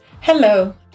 Hello